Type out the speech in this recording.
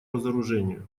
разоружению